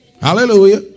Hallelujah